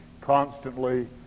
constantly